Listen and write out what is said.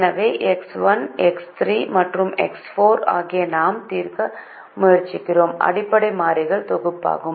எனவே x 1 x 3 மற்றும் x 4 ஆகியவை நாம் தீர்க்க முயற்சிக்கும் அடிப்படை மாறிகளின் தொகுப்பாகும்